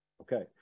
Okay